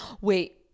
Wait